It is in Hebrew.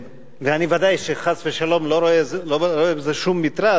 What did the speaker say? וודאי שאני חס ושלום לא רואה בזה שום מטרד,